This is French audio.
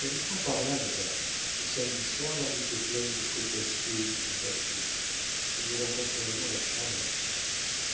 n'allez point par là madame le samedi soir la route est pleine de coquassiers qui vont à tours et nous rencontrerions leurs charrettes